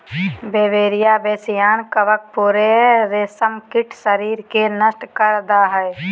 Beauveria bassiana कवक पूरे रेशमकीट शरीर के नष्ट कर दे हइ